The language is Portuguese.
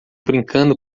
brincando